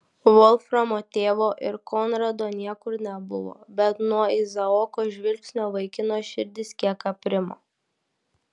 volframo tėvo ir konrado niekur nebuvo bet nuo izaoko žvilgsnio vaikino širdis kiek aprimo